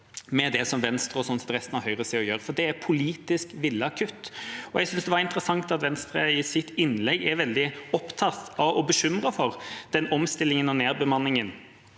høyresiden gjør, for det er politisk villet kutt. Og jeg synes det er interessant at Venstre i sitt innlegg var veldig opptatt av og bekymret for den omstillingen og nedbemanningen